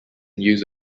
use